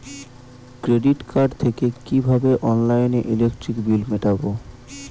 Credit card থেকে কিভাবে অনলাইনে ইলেকট্রিক বিল মেটাবো?